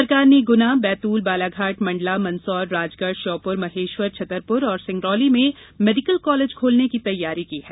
सरकार ने गुना बैतूल बालाघाट मंडला मंदसौर राजगढ़ श्योपुर महेश्वर छतरपुर और सिंगरौली में मेडिकल कॉलेज खोलने की तैयारी की है